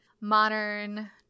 modern